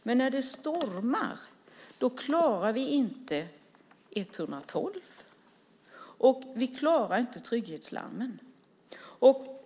Men när det stormar klarar vi inte 112, och vi klarar inte trygghetslarmen.